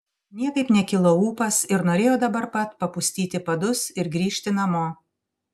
niekaip nekilo ūpas ir norėjo dabar pat papustyti padus ir grįžti namo